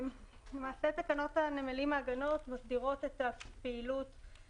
למעשה תקנות הנמלים (מעגנות) מסדירות את מכלול